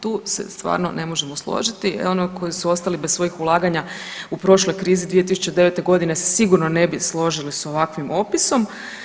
Tu se stvarno ne možemo složiti i oni koji su ostali bez svojih ulaganja u prošloj krizi 2009.g. se sigurno ne bi složili s ovakvim opisom.